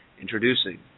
introducing